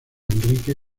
enrique